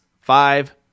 five